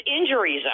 injuries